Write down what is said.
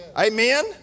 Amen